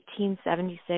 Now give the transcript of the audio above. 1876